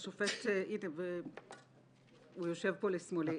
הוא יושב פה לשמאלי.